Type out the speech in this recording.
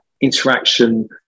interaction